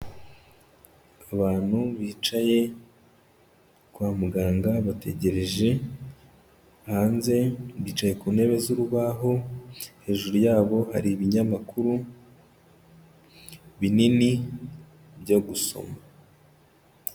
Abantu bicaye kwa muganga bategereje hanze, bicaye ku ntebe z'urubaho, hejuru yabo hari ibinyamakuru binini byo gusoma.